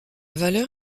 valeur